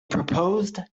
proposed